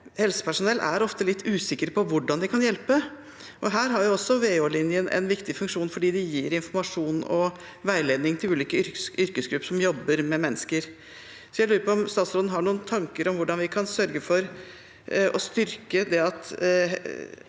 Helsepersonell er ofte litt usikre på hvordan de kan hjelpe. Her har også VO-linjen en viktig funksjon fordi de gir informasjon og veiledning til ulike yrkesgrupper som jobber med mennesker. Jeg lurer på om statsråden har noen tanker om hvordan vi kan sørge for å styrke at